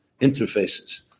Interfaces